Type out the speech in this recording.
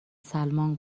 سلمان